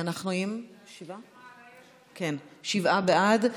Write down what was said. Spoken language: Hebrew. אנחנו עם שבעה בעד.